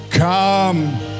Come